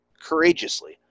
courageously